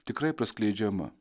tikrai praskleidžiama